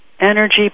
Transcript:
energy